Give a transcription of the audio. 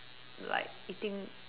like eating